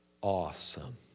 Awesome